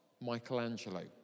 Michelangelo